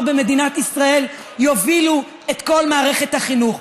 במדינת ישראל יובילו את כל מערכת החינוך.